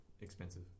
expensive